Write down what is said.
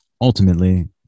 ultimately